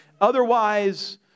Otherwise